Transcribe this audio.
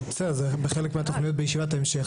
בסדר, חלק מהתוכניות בישיבת ההמשך.